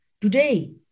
today